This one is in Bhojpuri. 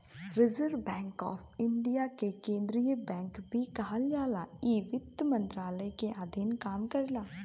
रिज़र्व बैंक ऑफ़ इंडिया के केंद्रीय बैंक भी कहल जाला इ वित्त मंत्रालय के अधीन काम करला